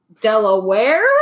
delaware